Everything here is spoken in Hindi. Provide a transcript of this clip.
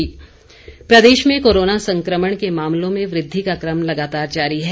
हिमाचल कोरोना प्रदेश में कोरोना संक्रमण के मामलों में वृद्धि का क्रम लगातार जारी है